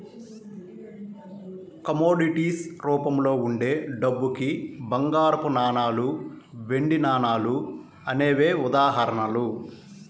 commodities రూపంలో ఉండే డబ్బుకి బంగారపు నాణాలు, వెండి నాణాలు అనేవే ఉదాహరణలు